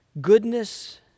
goodness